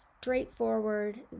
straightforward